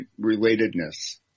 relatedness